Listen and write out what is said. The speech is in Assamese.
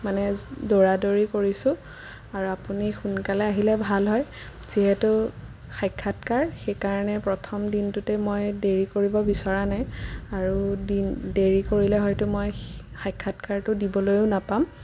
মানে দৌৰাদৌৰি কৰিছোঁ আৰু আপুনি সোনকালে আহিলে ভাল হয় যিহেতু সাক্ষাৎকাৰ সেইকাৰণে প্ৰথম দিনটোতেই মই দেৰি কৰিব বিচৰা নাই আৰু দেৰি কৰিলে হয়তো মই সাক্ষাৎকাৰটো দিবলৈও নাপাম